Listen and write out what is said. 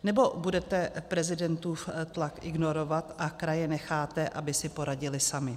Nebo budete prezidentův tlak ignorovat a kraje necháte, aby si poradily samy?